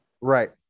Right